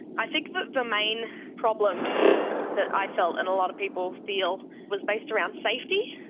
i think that the main problem that i felt and a lot of people feel was based around safety.